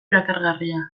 erakargarria